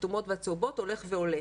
הכתומות והצהובות הולך ועולה.